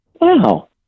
Wow